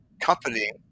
company